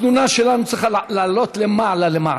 התלונה שלנו צריכה לעלות למעלה למעלה.